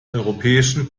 europäischen